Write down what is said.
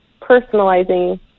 personalizing